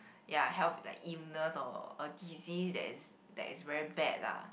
ya health like illness or a disease that is that is very bad ah